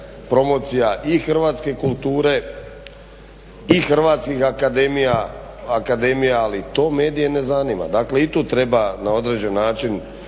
promocija i hrvatske kulture i hrvatskih akademija, ali to medije ne zanima. Dakle i tu treba na određen način